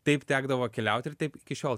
taip tekdavo keliaut ir taip iki šiol